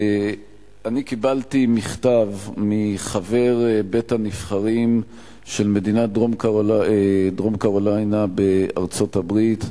אני קיבלתי מכתב מחבר בית-הנבחרים של מדינת דרום-קרוליינה בארצות-הברית,